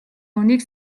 үнийг